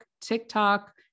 TikTok